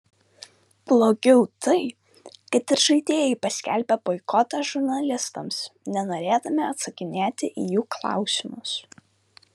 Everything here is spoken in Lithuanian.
blogiau tai kad ir žaidėjai paskelbė boikotą žurnalistams nenorėdami atsakinėti į jų klausimus